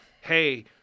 hey